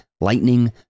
Lightning